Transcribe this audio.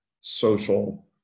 social